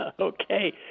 Okay